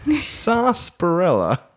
Sarsaparilla